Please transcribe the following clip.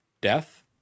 death